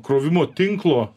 krovimo tinklo